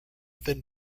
thin